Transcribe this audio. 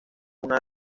una